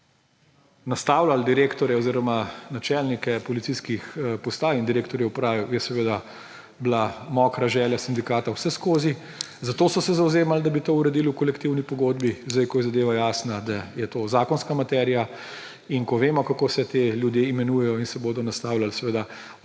nastavljali direktorje oziroma načelnike policijskih postaj in direktorje uprave, je seveda bila mokra želja sindikata vseskozi. Zato so se zavzemali, da bi to uredili v kolektivni pogodbi. Zdaj, ko je zadeva jasna, da je to zakonska materija, in ko vemo, kako se ti ljudje imenujejo in se bodo nastavljali, seveda